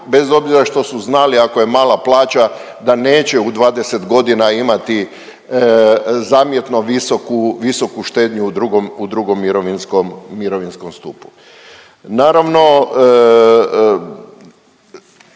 bez obzira što su znali, ako je mala plaća da neće u 20 godina imati zamjetno visoku štednju u drugom mirovinskom stupu. Naravno,